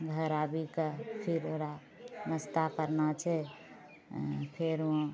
घर आबि कऽ फेर ओकरा नास्ता करना छै फेर ओ